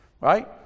right